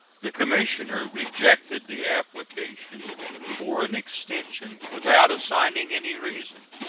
the commissioner rejected the application for an extension, without assigning any reason,